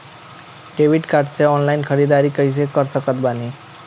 Debit card से online ख़रीदारी कैसे कर सकत बानी?